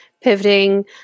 pivoting